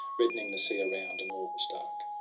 reddening the sea around and all was dark.